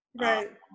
right